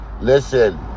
listen